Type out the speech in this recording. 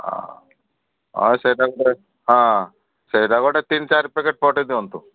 ହଁ ସେଇଟା ଗୋଟେ ହଁ ସେଇଟା ଗୋଟେ ତିନି ଚାରି ପ୍ୟାକେଟ୍ ପଠେଇ ଦିଅନ୍ତୁ